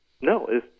No